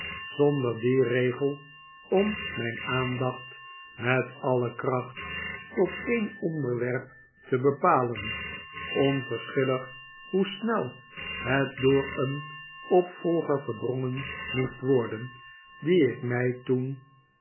zonder dien regel om mijn aandacht met alle kracht tot een onderwerp te bepalen onverschillig hoe snel het door een opvolger verdrongen moest worden die ik mij toen